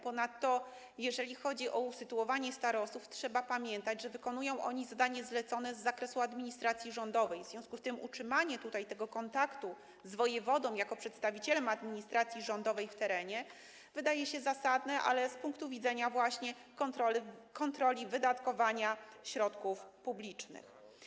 Ponadto jeżeli chodzi o usytuowanie starostów, trzeba pamiętać, że wykonują oni zadanie zlecone z zakresu administracji rządowej, w związku z tym utrzymanie tego kontaktu z wojewodą jako przedstawicielem administracji rządowej w terenie wydaje się zasadne, ale z punktu widzenia kontroli wydatkowania środków publicznych.